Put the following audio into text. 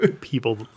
people